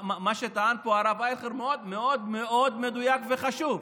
מה שטען פה הרב אייכלר מאוד מאוד מאוד מדויק וחשוב.